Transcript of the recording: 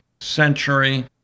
century